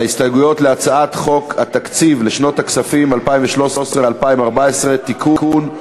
על ההסתייגויות להצעת חוק התקציב לשנות הכספים 2013 ו-2014 (תיקון),